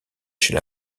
chez